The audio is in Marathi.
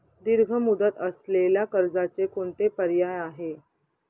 दीर्घ मुदत असलेल्या कर्जाचे कोणते पर्याय आहे?